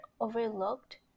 overlooked